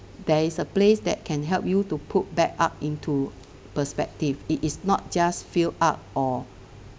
there is a place that can help you to put back up into perspective it is not just fill up or